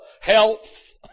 health